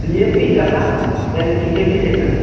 D A P ଯାହା N P K ବି ସେଇଆ